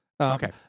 Okay